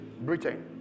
britain